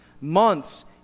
months